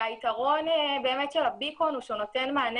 והיתרון של הביקון הוא שהוא נותן מענה